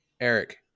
Eric